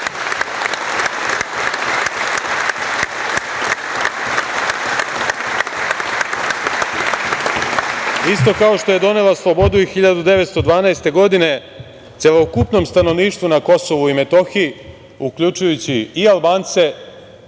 Isto kao što je donela slobodu i 1912. godine celokupnom stanovništvu na Kosovu i Metohiji uključujući i Albance,